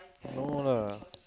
no lah